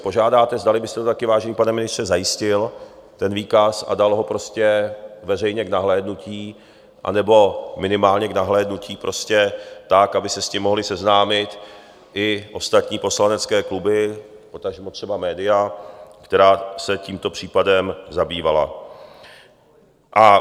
Nejenom jestli požádáte, zdali byste to také, vážený pane ministře, zajistil, ten výkaz, a dal ho prostě veřejně k nahlédnutí, anebo minimálně k nahlédnutí prostě tak, aby se s tím mohli seznámit i ostatní poslanecké kluby, potažmo třeba média, která se tímto případem zabývala.